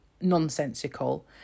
nonsensical